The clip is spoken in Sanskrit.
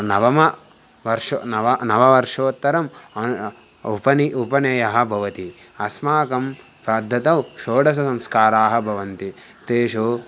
नवमवर्षे नव नववर्षोत्तरम् आन्ल उपनयनम् उपनयनं भवति अस्माकं पद्धतौ षोडससंस्काराः भवन्ति तेषु